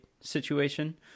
situation